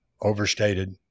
overstated